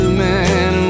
man